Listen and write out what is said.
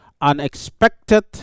unexpected